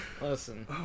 Listen